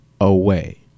away